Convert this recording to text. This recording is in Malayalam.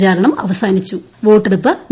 പ്രചാരണം അവസാനിച്ചു വോട്ടെടുപ്പ് നാളെ